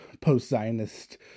post-Zionist